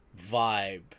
vibe